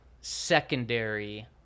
secondary